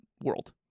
world